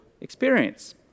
experience